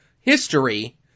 history